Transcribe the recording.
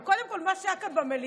אבל קודם כול, מה שהיה כאן במליאה,